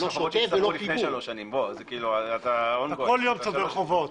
זה חובות שהצטברו לפני שלוש שנים --- אתה כל יום צובר חובות,